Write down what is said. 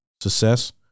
Success